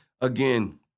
again